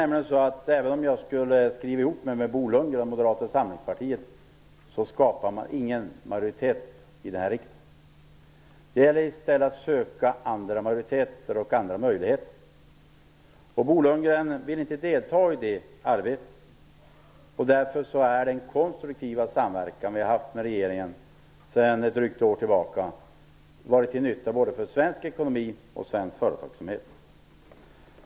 Men även om jag skulle skriva ihop mig med Bo Lundgren och Moderata samlingspartiet skapar vi ingen majoritet i denna riksdag. Det gäller i stället att söka andra majoriteter och andra möjligheter. Bo Lundgren vill inte delta i det arbetet. Därför har den konstruktiva samverkan Centern har haft med regeringen sedan ett drygt år tillbaka varit till nytta både för svensk ekonomi och svensk företagsamhet.